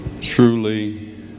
Truly